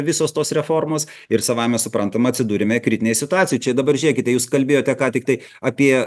visos tos reformos ir savaime suprantama atsidūrėme kritinėj situacijoj čia dabar žiūrėkite jūs kalbėjote ką tiktai apie